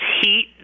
heat